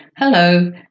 Hello